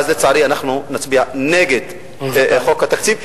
לצערי אנחנו נצביע נגד חוק התקציב,